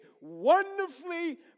wonderfully